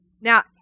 Now